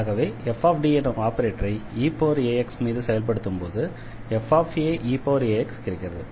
ஆகவே fD எனும் ஆபரேட்டரை eax மீது செயல்படுத்தும்போது faeax கிடைக்கிறது